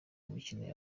mikino